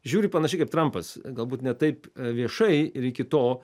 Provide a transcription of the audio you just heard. žiūri panašiai kaip trampas galbūt ne taip viešai ir iki to